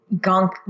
gunk